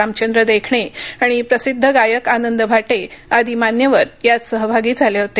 रामचंद्र देखणे आणि प्रसिद्ध गायक आनंद भाटे आदी मान्यवर यात सहभागी झाले होते